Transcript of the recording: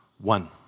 one